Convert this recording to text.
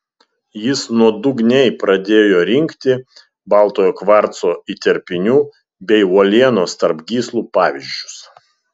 jis nuodugniai pradėjo rinkti baltojo kvarco įterpinių bei uolienos tarp gyslų pavyzdžius